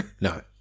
No